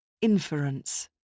Inference